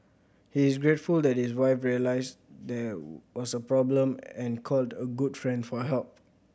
he is grateful that his wife realised there was a problem and called a good friend for help